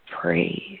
praise